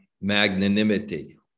magnanimity